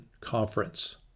conference